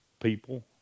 People